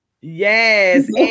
Yes